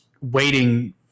waiting